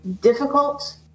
difficult